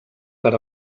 per